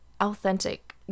authentic